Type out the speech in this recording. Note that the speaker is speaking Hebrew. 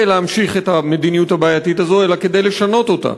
להמשיך את המדיניות הבעייתית הזאת אלא כדי לשנות אותה,